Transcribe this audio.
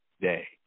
day